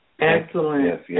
Excellent